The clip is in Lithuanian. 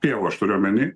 pievų aš turiu omeny